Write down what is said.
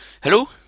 Hello